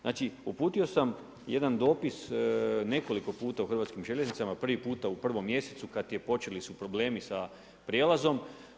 Znači, uputio sam jedan dopis nekoliko puta u Hrvatskim željeznicama, prvi puta u prvom mjesecu kad su počeli problemi sa prijelazom.